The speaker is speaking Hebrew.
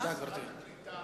שרת הקליטה